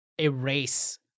Erase